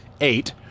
eight